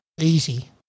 easy